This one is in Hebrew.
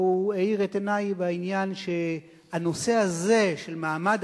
והוא האיר את עיני בעניין שהנושא הזה של מעמד